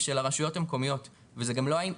היא של הרשויות המקומיות וזה גם לא העניין,